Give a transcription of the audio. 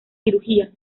cirugía